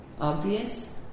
obvious